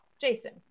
jason